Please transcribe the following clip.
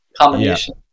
combination